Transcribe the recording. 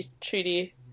treaty